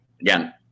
again